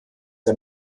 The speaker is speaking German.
der